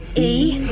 e,